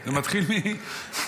זה מתחיל מאיתנו.